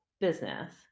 business